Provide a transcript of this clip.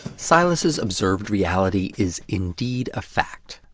silas's observed reality is indeed a fact.